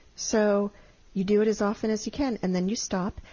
so you do it as often as you can, and then you stop,